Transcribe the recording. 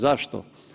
Zašto?